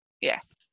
Yes